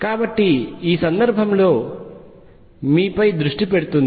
కాబట్టి ఈ సందర్భంలో మీపై దృష్టి పెడుతుంది